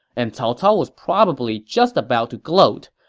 and cao cao was probably just about to gloat,